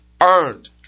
earned